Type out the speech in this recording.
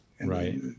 right